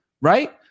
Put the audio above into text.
right